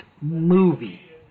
movie